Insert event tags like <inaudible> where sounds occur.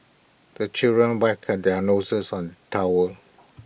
the children <unintelligible> their noses on towel